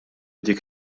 dik